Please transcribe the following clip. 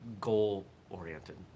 goal-oriented